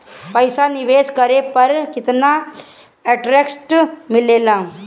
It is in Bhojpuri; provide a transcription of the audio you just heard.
पईसा निवेश करे पर केतना इंटरेस्ट मिलेला?